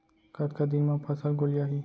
कतका दिन म फसल गोलियाही?